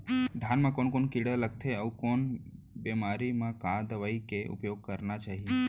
धान म कोन कोन कीड़ा लगथे अऊ कोन बेमारी म का दवई के उपयोग करना चाही?